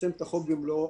יישם את החוק במלואו.